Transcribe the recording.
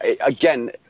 again